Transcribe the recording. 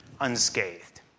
unscathed